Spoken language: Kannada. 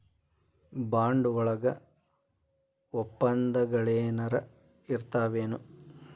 ಬಾಂಡ್ ವಳಗ ವಪ್ಪಂದಗಳೆನರ ಇರ್ತಾವೆನು?